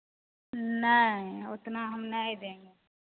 नहीं उतना हम नहीं देंगे